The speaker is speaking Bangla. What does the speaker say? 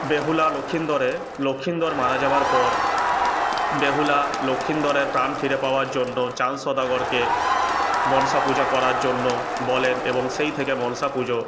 বেহুলা লক্ষীন্দরের লক্ষীন্দর মারা যাওয়ার পর বেহুলা লক্ষীন্দরের প্রাণ ফিরে পাওয়ার জন্য চাঁদ সদাগরকে মনসা পূজা করার জন্য বলেন এবং সেই থেকে মনসাপুজো